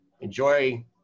enjoy